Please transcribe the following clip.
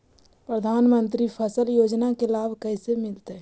प्रधानमंत्री फसल योजना के लाभ कैसे मिलतै?